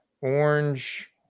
orange